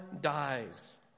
dies